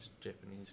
Japanese